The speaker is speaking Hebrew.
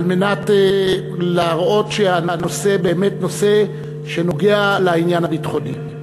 על מנת להראות שהנושא באמת נושא שנוגע לעניין הביטחוני.